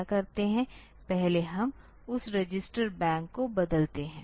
पहले हम उस रजिस्टर बैंक को बदलते हैं